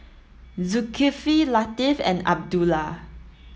Zulkifli Latif and Abdullah